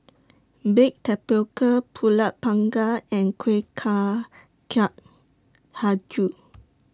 Baked Tapioca Pulut Panggang and Kueh Kacang Hijau